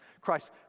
Christ